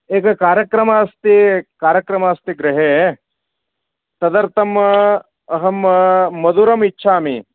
एकः कार्यक्रमः अस्ति कार्यक्रमस्ति गृहे तदर्थम् अहं मधुरम् इच्छामि